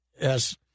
yes